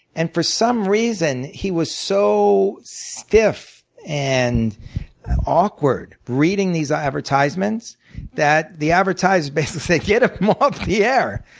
and for some reason, he was so stiff and awkward reading these advertisements that the advertisers basically said get him off the air,